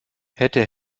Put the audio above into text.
hätte